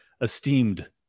esteemed